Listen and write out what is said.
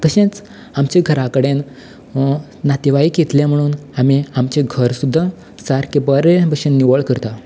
तशेंच आमच्या घरा कडेन नातेवाईक येतले म्हणून आमी आमचें घर सुद्दा सारकें बरे भशेन निवळ करता